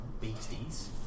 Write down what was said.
beasties